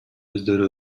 өздөрү